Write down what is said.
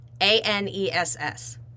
A-N-E-S-S